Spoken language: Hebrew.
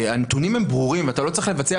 כשהנתונים הם ברורים ואתה לא צריך לבצע